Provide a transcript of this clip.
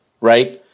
right